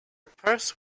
purse